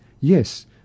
Yes